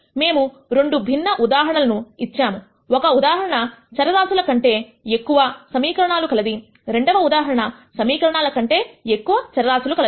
మేము 2 భిన్న ఉదాహరణలను ఇచ్చాముఒక ఉదాహరణ చరరాశులుకంటే ఎక్కువ సమీకరణాలు కలది రెండవ ఉదాహరణ సమీకరణాల కంటే ఎక్కువ చరరాశులు కలది